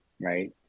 right